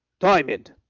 diamond!